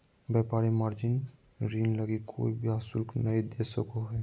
व्यापारी मार्जिन ऋण लगी कोय ब्याज शुल्क नय दे सको हइ